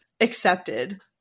accepted